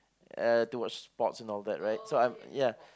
uh to watch sports and all that right so I'm ya